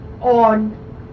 on